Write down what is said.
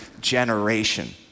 generation